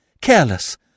careless